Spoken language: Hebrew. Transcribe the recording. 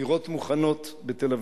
דירות מוכנות בתל-אביב.